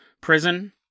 Prison